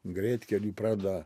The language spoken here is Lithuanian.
greitkely pradeda